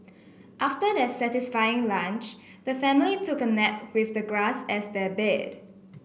after their satisfying lunch the family took a nap with the grass as their bed